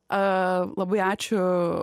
a labai ačiū